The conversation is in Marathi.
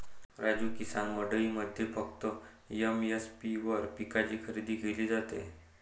राजू, किसान मंडईमध्ये फक्त एम.एस.पी वर पिकांची खरेदी विक्री केली जाते